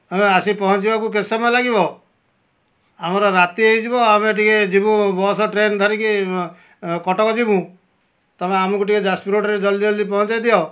ଆସିକି ପହଞ୍ଚିଆକୁ କେତେ ସମୟ ଲାଗିବ ଆମର ରାତି ହୋଇଯିବ ଆମେ ଟିକେ ଯିବୁ ବସ୍ ଟ୍ରେନ୍ ଧରିକି କଟକ ଯିବୁ ତମେ ଆମକୁ ଟିକେ ଯାଜପୁର ରୋଡ଼୍ରେ ଜଲ୍ଦି ଜଲ୍ଦି ପହଞ୍ଚେଇ ଦିଅ